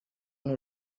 una